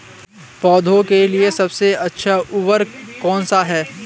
पौधों के लिए सबसे अच्छा उर्वरक कौनसा हैं?